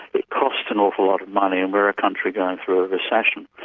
it costs an awful lot of money, and we're a country going through a recession.